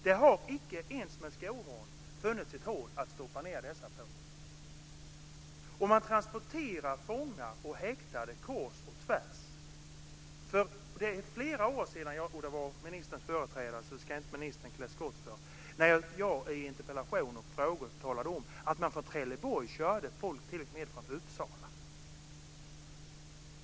Det har inte ens med skohorn funnits ett hål att stoppa ned dem i. Man transporterar fångar och häktade kors och tvärs. Det är flera år sedan, jag tror att det var för ministerns företrädare, så det ska inte ministern klä skott för, som jag i interpellationer och frågor talade om att man från Trelleborg t.o.m. körde folk till Uppsala.